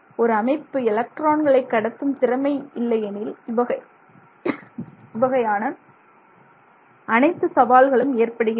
ஒரு அமைப்பு எலக்ட்ரான்களை கடத்தும் திறமை இல்லையெனில் இவ்வகையான அனைத்து சவால்களும் ஏற்படுகின்றன